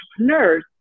entrepreneurs